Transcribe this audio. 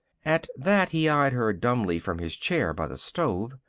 at that he eyed her dumbly from his chair by the stove.